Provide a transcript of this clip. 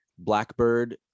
blackbird